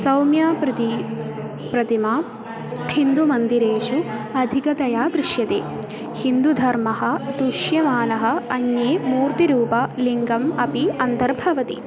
सौम्या प्रति प्रतिमा हिन्दुमन्दिरेषु अधिकतया दृश्यते हिन्दुधर्मः दृश्यमानः अन्ये मूर्तिरूप लिङ्गम् अपि अन्तर्भवति